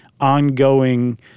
ongoing